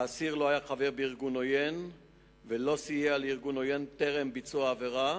האסיר לא היה חבר בארגון עוין ולא סייע לארגון עוין טרם ביצוע העבירה,